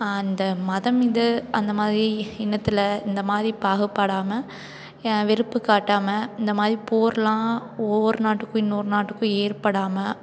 அந்த மதம் இது அந்த மாதிரி இனத்தில் இந்த மாதிரி பாகுபடாமல் வெறுப்பு காட்டாமல் இந்த மாதிரி போரெலாம் ஒவ்வொரு நாட்டுக்கும் இன்னொரு நாட்டுக்கும் ஏற்படாமல்